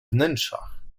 wnętrzach